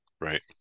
Right